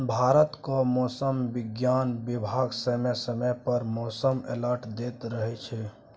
भारतक मौसम बिज्ञान बिभाग समय समय पर मौसम अलर्ट दैत रहै छै